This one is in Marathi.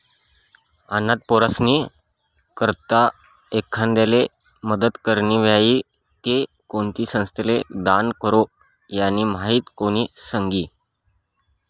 अनाथ पोरीस्नी करता एखांदाले मदत करनी व्हयी ते कोणती संस्थाले दान करो, यानी माहिती कोण सांगी